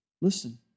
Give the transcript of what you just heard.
Listen